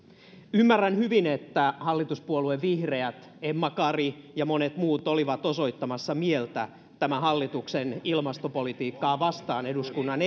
ymmärrän hyvin että hallituspuolue vihreät emma kari ja monet muut olivat osoittamassa mieltä tämän hallituksen ilmastopolitiikkaa vastaan eduskunnan